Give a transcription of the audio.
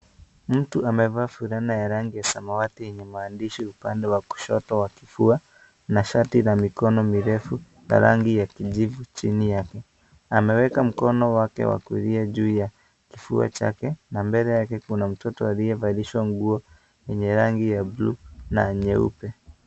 Mtu amevaa fulana ya rangi ya samawati yenye maandishi upande wa kushoto wa kifua na shati la mikono mirefu na rangi ya kijivu chini yake ameweka mikono yake ya kulia juu ya kifua chake na mbele yake kuna mtoto aliyevalishwa nguo yenye rangi ya bluu na nyeupe.